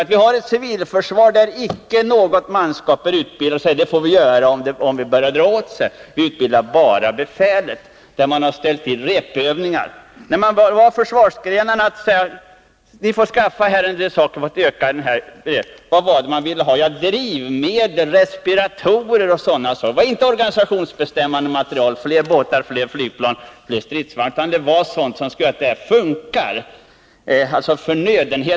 Vi har ju också ett civilförsvar där icke något manskap är utbildat — man säger att utbilda får man göra, om det drar ihop sig — utan där vi bara utbildar befälet. Man anmodade försvarsgrenarna att ange vad de behövde för att öka beredskapen. Vad var det man ville ha? Jo, drivmedel, respiratorer och sådana saker. Man nämnde inte organisationsbestämmande materiel såsom fler båtar, flygplan och stridsvagnar, utan det var förnödenheter av olika slag som skulle göra att allt fungerade.